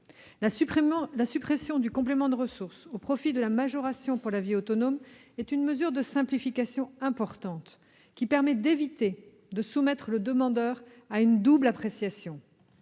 La suppression du complément de ressources au profit de la majoration pour la vie autonome est une mesure de simplification importante, qui évitera de soumettre le demandeur à une double appréciation